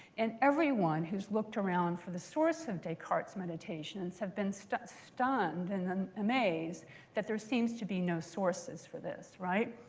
and everyone who's looked around for the source of descartes' meditations have been stunned stunned and then amazed that there seems to be no sources for this, right?